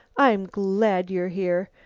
i'm glad you're here.